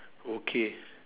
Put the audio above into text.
okay